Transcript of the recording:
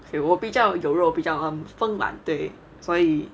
okay 我比较有肉比较很丰满对所以